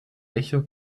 echo